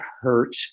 hurt